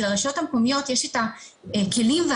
כי לרשויות המקומיות יש את הכלים המתאימים